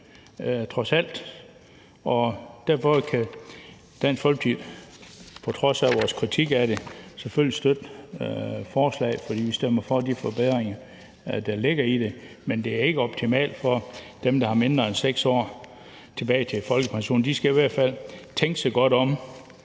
trods alt, og derfor kan Dansk Folkeparti på trods af vores kritik af det selvfølgelig støtte forslaget, for vi stemmer for de forbedringer, der ligger i det. Men det er ikke optimalt for dem, der har mindre end 6 år tilbage til folkepensionen. De skal i hvert fald tænke sig godt om,